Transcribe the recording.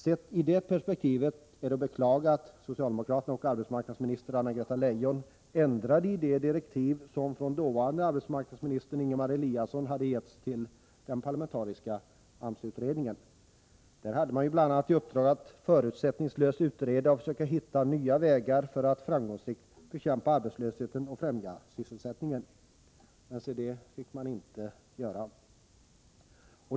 Sett i det perspektivet är det att beklaga att socialdemokraterna och arbetsmarknadsminister Anna-Greta Leijon ändrade i de direktiv som från dåvarande arbetsmarknadsministern Ingemar Eliasson hade getts till den parlamentariska AMS-utredningen. Där hade man bl.a. i uppdrag att förutsättningslöst utreda frågan och försöka hitta nya vägar för att framgångsrikt bekämpa arbetslösheten och främja sysselsättningen. Men se, det fick man inte göra.